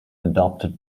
adopted